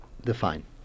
define